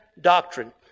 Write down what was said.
doctrine